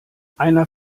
einer